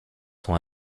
sont